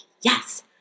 yes